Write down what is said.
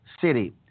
city